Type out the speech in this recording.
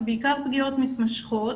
ובעיקר פגיעות מתמשכות,